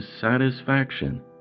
satisfaction